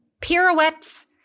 pirouettes